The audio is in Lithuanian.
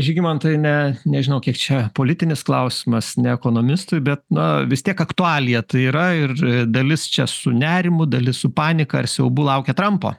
žygimantai ne nežinau kiek čia politinis klausimas ne ekonomistui bet na vis tiek aktualija tai yra ir ir dalis čia su nerimu dalis su panika ar siaubu laukia trampo